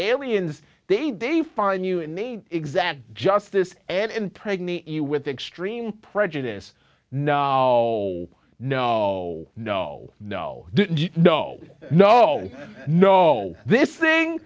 aliens they they find you and me exact justice and pregnant you with extreme prejudice no no no no no no no no this thing